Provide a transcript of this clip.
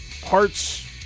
parts